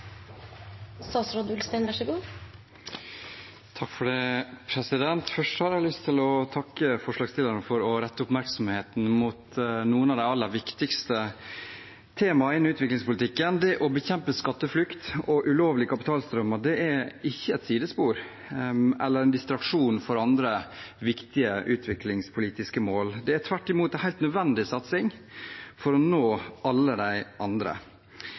Først har jeg lyst til å takke forslagsstillerne for å rette oppmerksomheten mot noen av de aller viktigste temaene innen utviklingspolitikken. Det å bekjempe skatteflukt og ulovlige kapitalstrømmer er ikke et sidespor eller en distraksjon for andre viktige utviklingspolitiske mål. Det er tvert imot en helt nødvendig satsing for å nå alle de andre.